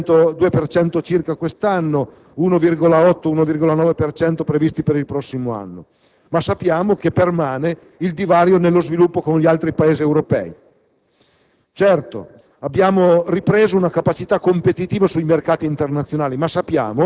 Li potremmo citare. Abbiamo ripreso lo sviluppo: 2 per cento circa quest'anno, 1,8 e 1,9 previsti per i prossimi anni, ma sappiamo che permane il divario nello sviluppo con gli altri Paesi europei.